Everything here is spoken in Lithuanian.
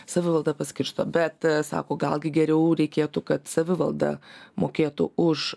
savivalda paskirsto bet sako gal geriau reikėtų kad savivalda mokėtų už